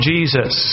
Jesus